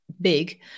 big